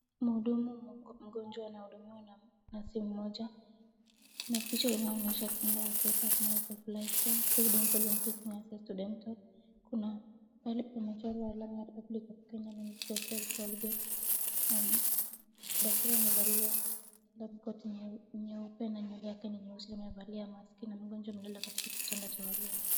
Mhudumu mgonjwa anahudumiwa na na simu moja. Kuna picha inayonyesha kinga Africa Smiles for Lifetime Freedom Dental increasing access to dental . Kuna mahali pamechorwa alama ya Republic of Kenya Ministry of Health Colgate . Na daktari amevalia lab coat nyeupe na nywele yake ni nyeusi na amevalia maski na mgonjwa amelala katika kitanda cha wagonjwa.